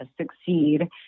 succeed